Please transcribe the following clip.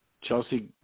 Chelsea